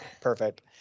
perfect